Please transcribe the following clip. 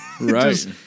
Right